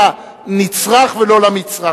לנצרך ולא למצרך.